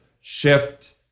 shift